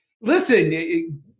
listen